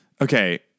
Okay